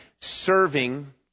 serving